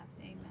Amen